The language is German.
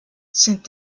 sind